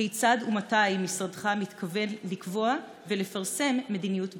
כיצד ומתי משרדך מתכוון לקבוע ולפרסם מדיניות בנושא?